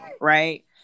Right